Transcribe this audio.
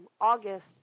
August